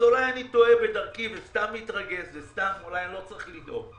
אז אולי אני טועה בדרכי ואני סתם מתרגז ולא צריך לדאוג.